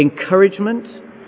encouragement